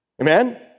Amen